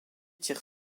tire